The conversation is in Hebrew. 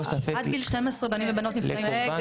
עד גיל 12 לפעמים בנים ובנות -- לקורבן